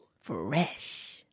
Fresh